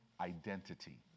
identity